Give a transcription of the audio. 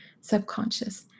subconscious